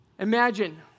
Imagine